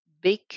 big